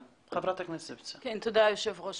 תודה ליושב-ראש